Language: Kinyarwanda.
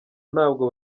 ntabwo